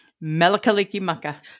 Mela-kaliki-maka